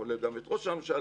כולל גם את ראש הממשלה,